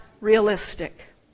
realistic